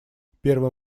первый